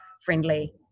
friendly